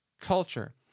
culture